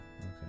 Okay